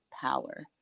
power